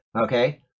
okay